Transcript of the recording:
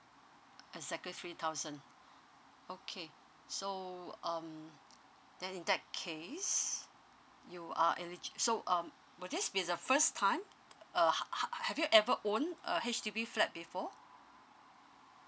exactly three thousand okay so um then in that case you are eligi~ so um will this be the first time uh ha~ ha~ have you ever owned a H_D_B flat before